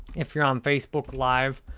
if you're on facebook live,